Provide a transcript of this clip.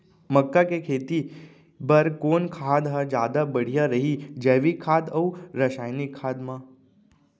मक्का के खेती बर कोन खाद ह जादा बढ़िया रही, जैविक खाद अऊ रसायनिक खाद मा?